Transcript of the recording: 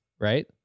right